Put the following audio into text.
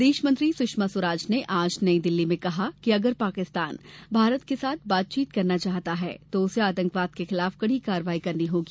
विदेश मंत्री सुषमा स्वराज ने आज नई दिल्ली में कहा है कि अगर पाकिस्तान भारत के साथ बातचीत करना चाहता है तो उसे आतंकवाद के खिलाफ कड़ी कार्रवाई करनी होगी